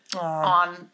on